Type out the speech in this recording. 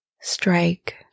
strike